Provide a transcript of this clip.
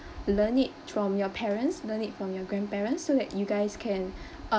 learn it from your parents learn it from your grandparents so that you guys can uh